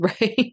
right